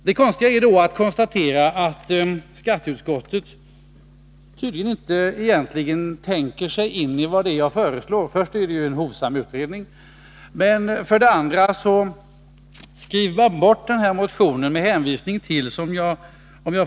Det är märkligt att konstatera att skatteutskottet tydligen inte tänker sig in i vad det egentligen är jag föreslår — bortsett från min hovsamma begäran om en utredning.